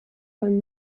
von